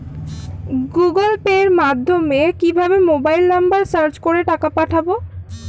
Google pay মাধ্যমে কিভাবে mobile number search করে টাকা পাঠাবো?